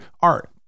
art